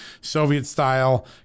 Soviet-style